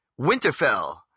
Winterfell